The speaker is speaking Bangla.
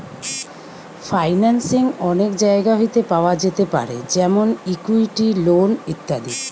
ফাইন্যান্সিং অনেক জায়গা হইতে পাওয়া যেতে পারে যেমন ইকুইটি, লোন ইত্যাদি